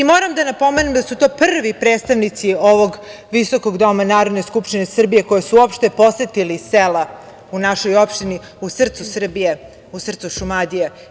Moram da napomenem da su to prvi predstavnici ovog visokog doma Narodne skupštine Srbije koji su uopšte posetili sela u našoj opštini, u srcu Srbije, u srcu Šumadije.